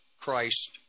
Christ